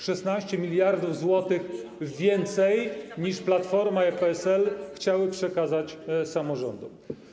16 mld zł więcej niż Platforma i PSL chciały przekazać samorządom.